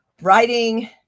writing